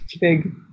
big